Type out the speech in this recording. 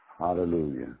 Hallelujah